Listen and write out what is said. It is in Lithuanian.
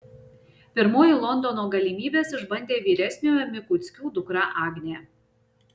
pirmoji londono galimybes išbandė vyresniojo mikuckių dukra agnė